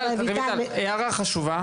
רויטל, הערה חשובה.